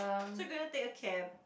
so you gonna take a cab